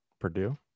Purdue